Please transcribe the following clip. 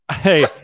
hey